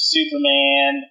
Superman